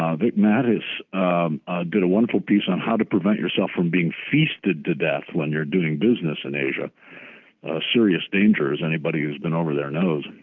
um vic mattis did a wonderful piece on how to prevent yourself from being feasted to death when you're doing business in asia serious danger, as anybody who's been over there knows.